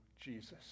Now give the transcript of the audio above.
Jesus